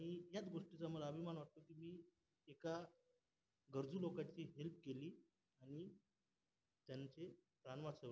आणि याच गोष्टीचा मला अभिमान वाटतो की मी एका गरजू लोकांची हेल्प केली आणि त्यांचे प्राण वाचवले